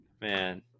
Man